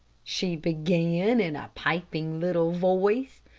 she began, in a piping little voice,